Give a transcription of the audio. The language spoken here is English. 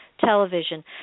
television